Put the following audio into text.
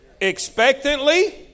expectantly